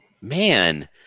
man